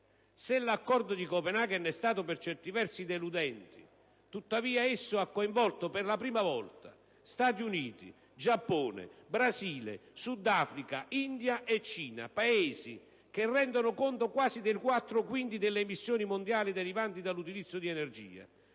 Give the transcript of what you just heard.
Se l'Accordo di Copenaghen è stato per certi versi deludente, esso ha tuttavia coinvolto per la prima volta Stati Uniti, Giappone, Brasile, Sudafrica, India e Cina, Paesi che rendono conto quasi dei quattro quinti delle emissioni mondiali derivanti dall'utilizzo di energia.